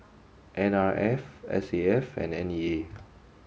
N R F S A F and N E A